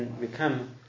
become